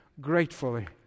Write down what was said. gratefully